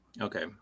Okay